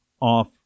off